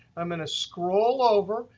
i'm going to scroll over.